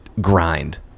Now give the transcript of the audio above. grind